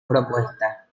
propuesta